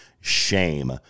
shame